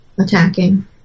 attacking